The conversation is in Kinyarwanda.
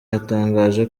yatangaje